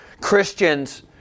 Christians